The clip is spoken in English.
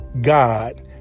God